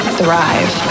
thrive